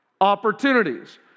opportunities